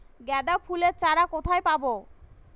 গাঁদা ফুলের চারা কোথায় পাবো?